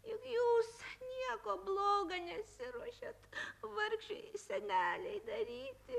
juk jūs nieko bloga nesiruošiat vargšei senelei daryti